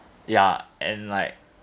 ya and like